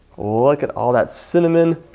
look at all that cinnamon,